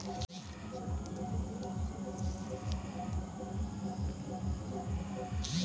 एक साल में कितना बार फसल के खेती होखेला?